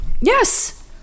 Yes